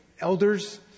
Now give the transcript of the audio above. elders